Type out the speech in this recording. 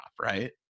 right